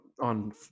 on